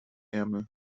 ärmel